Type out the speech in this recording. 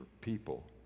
people